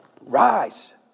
Rise